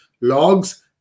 logs